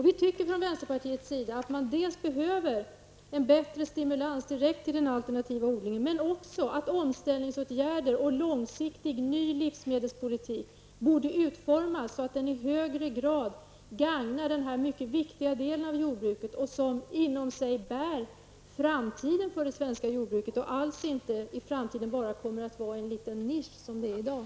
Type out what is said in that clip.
Vi i vänsterpartiet anser att det behövs en bättre stimulans direkt till den alternativa odlingen, men också att omställningsåtgärder och en ny långsiktig livsmedelspolitik borde utformas så att man i högre grad gagnar den här mycket viktiga delen av jordbruket, som inom sig bär framtiden för det svenska jordbruket. Den alternativa odlingen kommer inte alls att utgöra bara den lilla nisch som den gör i dag.